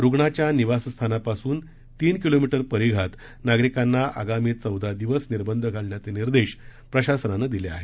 रुग्णाच्या निवासस्थानापासून तीन किलोमीटर परिघात नागरिकांना आगामी चौदा दिवस निर्बंध घालण्याचे निर्देश प्रशसनानं दिले आहेत